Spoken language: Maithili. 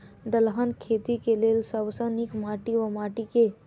दलहन खेती केँ लेल सब सऽ नीक माटि वा माटि केँ?